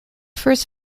first